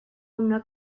una